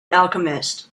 alchemist